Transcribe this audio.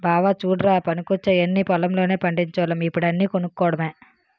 బావా చుడ్రా పనికొచ్చేయన్నీ పొలం లోనే పండిచోల్లం ఇప్పుడు అన్నీ కొనుక్కోడమే